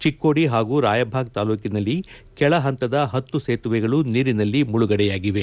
ಚೆಕ್ಕೋಡಿ ಹಾಗೂ ರಾಯಭಾಗ ತಾಲೂಕಿನಲ್ಲಿ ಕೆಳಹಂತದ ಹತ್ತು ಸೇತುವೆಗಳು ನೀರಿನಲ್ಲಿ ಮುಳುಗಡೆಯಾಗಿವೆ